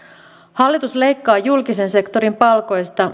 hallitus leikkaa julkisen sektorin palkoista